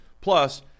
Plus